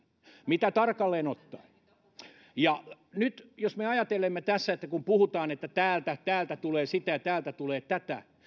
mitä tarkalleen ottaen nyt jos me ajattelemme tässä että kun puhutaan että täältä täältä tulee sitä ja täältä tulee tätä